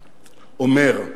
אומר: